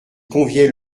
conviait